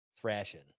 Thrashing